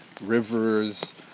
rivers